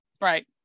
right